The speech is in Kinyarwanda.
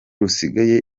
rusigaye